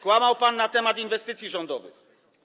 Kłamał pan na temat inwestycji rządowych.